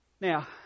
Now